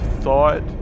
thought